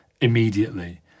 immediately